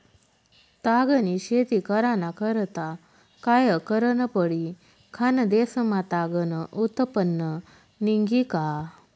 ताग नी शेती कराना करता काय करनं पडी? खान्देश मा ताग नं उत्पन्न निंघी का